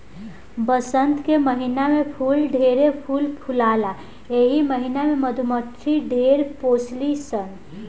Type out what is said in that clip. वसंत के महिना में फूल ढेरे फूल फुलाला एही महिना में मधुमक्खी ढेर पोसली सन